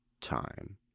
time